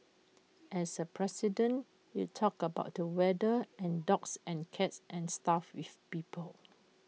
as A president you talk about the weather and dogs and cats and stuff with people